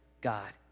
God